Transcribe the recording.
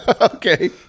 okay